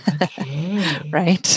right